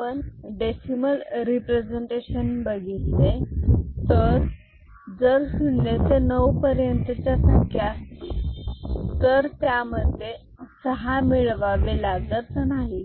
आपण decimal representation बघितले तर जर शून्य ते नऊ पर्यंतच्या संख्या असतील तर त्यामध्ये सहा मिळवावे लागत नाही